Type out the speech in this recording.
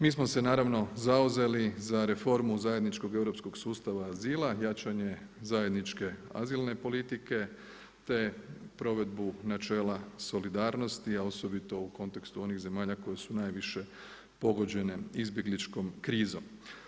Mi smo se naravno zauzeli za reformu zajedničkog europskog sustava azila, jačanje zajedničke azilne politike, te provedbu načela solidarnosti, a osobito u kontekstu onih zemalja koje su najviše pogođene izbjegličkom krizom.